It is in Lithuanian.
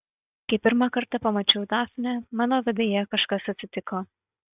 kai pirmą kartą pamačiau dafnę mano viduje kažkas atsitiko